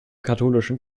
katholischen